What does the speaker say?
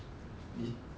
你